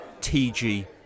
TG